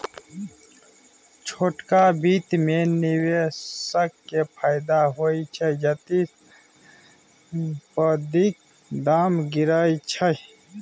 छोटका बित्त मे निबेशक केँ फायदा होइ छै जदि संपतिक दाम गिरय छै